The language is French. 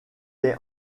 est